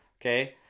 Okay